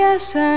Yes